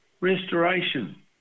restoration